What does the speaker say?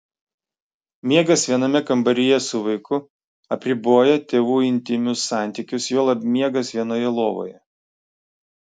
miegas viename kambaryje su vaiku apriboja tėvų intymius santykius juolab miegas vienoje lovoje